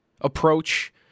approach